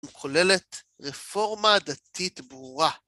כוללת רפורמה דתית ברורה.